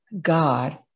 God